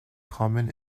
common